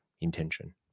intention